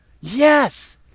Yes